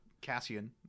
Cassian